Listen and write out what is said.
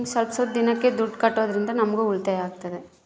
ಹಿಂಗ ಸ್ವಲ್ಪ ಸ್ವಲ್ಪ ದಿನಕ್ಕ ದುಡ್ಡು ಕಟ್ಟೋದ್ರಿಂದ ನಮ್ಗೂ ಉಳಿತಾಯ ಆಗ್ತದೆ